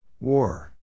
War